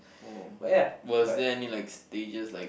oh was there any like stages like